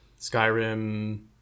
Skyrim